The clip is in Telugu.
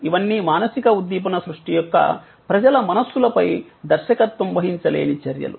ఇవన్నీ మానసిక ఉద్దీపన సృష్టి యొక్క ప్రజల మనస్సులపై దర్శకత్వం వహించలేని చర్యలు